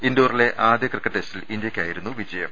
ഇൻഡോറിലെ ആദ്യ ക്രിക്കറ്റ് ടെസ്റ്റിൽ ഇന്ത്യക്കായിരുന്നു വിജ യം